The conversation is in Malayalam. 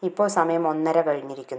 ഇപ്പോൾ സമയം ഒന്നര കഴിഞ്ഞിരിക്കുന്നു